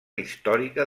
històrica